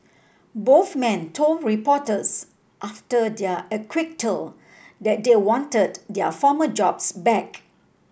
both men told reporters after their acquittal that they wanted their former jobs back